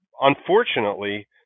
unfortunately